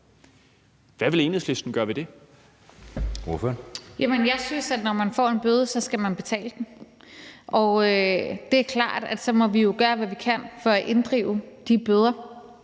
Rosa Lund (EL): Jamen jeg synes, at når man får en bøde, så skal man betale den. Og det er klart, at så må vi jo gøre, hvad vi kan for at inddrive de bøder.